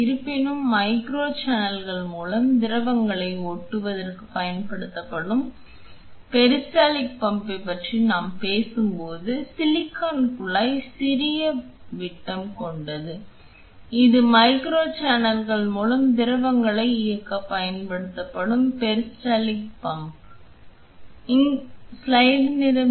இருப்பினும் மைக்ரோ சேனல்கள் மூலம் திரவங்களை ஓட்டுவதற்குப் பயன்படுத்தப்படும் பெரிஸ்டால்டிக் பம்பைப் பற்றி நாம் பேசும்போது சிலிக்கான் குழாய் சிறிய விட்டம் கொண்டது இது மைக்ரோ சேனல்கள் மூலம் திரவங்களை இயக்கப் பயன்படும் பெரிஸ்டால்டிக் பம்ப் பார்ப்போம்